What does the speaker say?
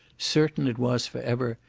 certain it was for ever,